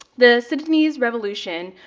the sudanese revolution,